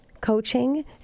coaching